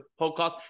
podcast